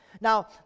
Now